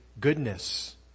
goodness